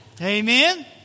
Amen